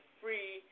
free